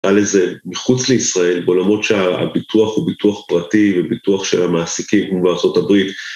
על איזה מחוץ לישראל בgולמות שהביטוח הוא ביטוח פרטי וביטוח של המעסיקים כמו בארצות הברית